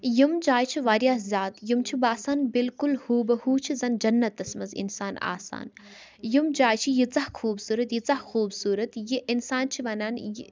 یِم جایہِ چھِ واریاہ زیادٕ یِم چھِ باسان بِلکُل ہوٗ بہوٗ چھِ زَن جنتَس منٛز اِنسان آسان یِم جایہِ چھِ ییٖژاہ خوٗبصوٗرت ییٖژاہ خوٗبصوٗرت یہِ اِنسان چھُ وَنان یہِ